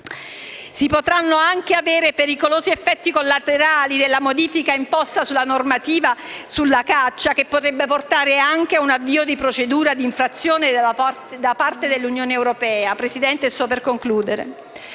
Si potranno anche avere pericolosi effetti collaterali con la modifica proposta della normativa sulla caccia, che potrebbe portare anche ad un avvio di procedura di infrazione da parte dell'Unione europea. [**Presidenza del vice